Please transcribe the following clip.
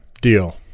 deal